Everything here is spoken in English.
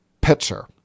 pitcher